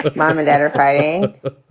but mom and dad are fighting